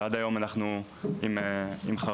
ועד היום אנחנו עם חרדות.